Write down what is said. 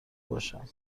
باشم